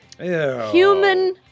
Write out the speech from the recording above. Human